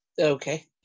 Okay